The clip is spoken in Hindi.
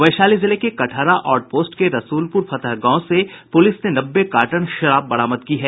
वैशाली जिले के कटहरा आउट पोस्ट के रसूलपुर फतह गांव से पुलिस ने नब्बे कार्टन शराब बरामद की है